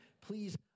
Please